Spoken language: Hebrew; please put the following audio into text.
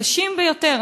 קשים ביותר.